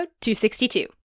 262